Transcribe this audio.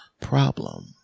problem